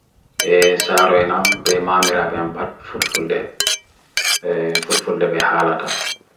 saro enam bhe mamira bhe ampad ful fulde bhe halata.